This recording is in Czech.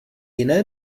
jiné